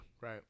Right